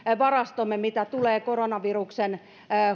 varastomme mitä tulee koronaviruksen